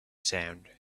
sound